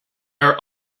are